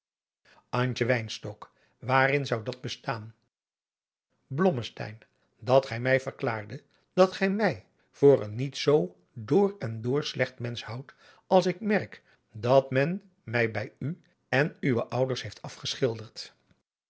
waarin zou dat bestaan blommesteyn dat gij mij verklaarde dat gij mij voor een niet zoo door en door slechtmensch houdt als ik merk dat men mij bij u en uwe ouders heeft afgeschilderd